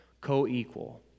co-equal